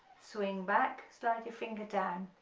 swing back slide your finger down,